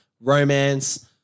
romance